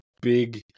big